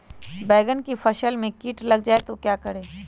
बैंगन की फसल में कीट लग जाए तो क्या करें?